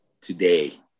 today